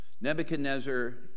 Nebuchadnezzar